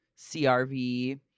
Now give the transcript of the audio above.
crv